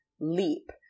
leap